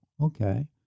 okay